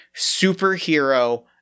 superhero